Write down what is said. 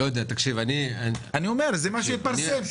זה מה שהתפרסם,